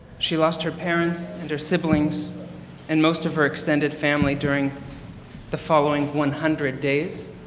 she lost her parents and her siblings and most of her extended family during the following one hundred days.